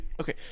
okay